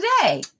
today